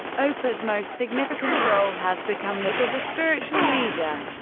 oprah's most significant role has become that of a spiritual leader.